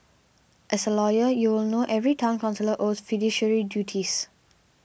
as a lawyer you will know every Town Councillor owes fiduciary duties